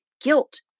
Guilt